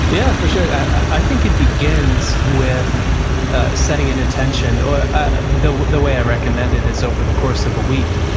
yeah for sure. i think it begins with setting an intention. ah but the the way i recommend it is over the course of a week.